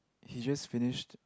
he just finished